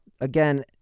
Again